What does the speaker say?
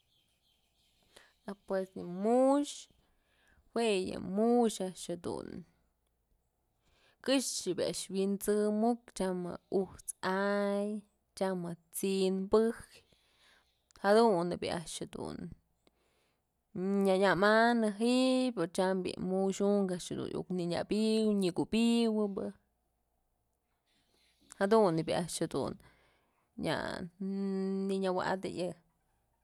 Pues yë mu'uxë, jue yë mu'ux a'ax jedun këxë a'ax dun wi'insëmuk tyam je'e ut's a'ay tyam je'e ts'in bëjyë jadun bi'i a'ax jedun nyëmanë ji'ib o tyam bi'i mu'ux unkë iuk nënyabyw nyëkubi'iwë jadun bi'i a'ax jedun ñya nënyë wa'atëyi.